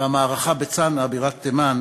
והמערכה בצנעא בירת תימן,